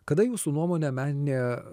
kada jūsų nuomone meninė